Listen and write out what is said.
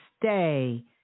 stay